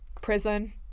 Prison